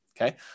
Okay